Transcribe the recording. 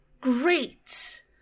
great